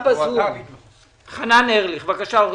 בבקשה.